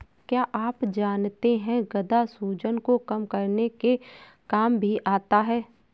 क्या आप जानते है गदा सूजन को कम करने के काम भी आता है?